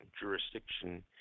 jurisdiction